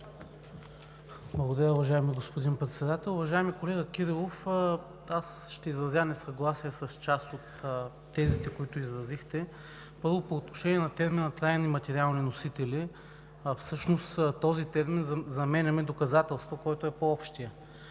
Благодаря, уважаеми господин Председател. Уважаеми колега Кирилов, ще изразя несъгласие с част от тезите, които изразихте, първо, по отношение на термина „трайни материални носители“, а всъщност с този термин заменяме доказателство, който е по-общият.